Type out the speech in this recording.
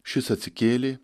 šis atsikėlė